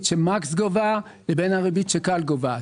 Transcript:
ש-מקס גובה לבין הריבית ש-כאל גובה.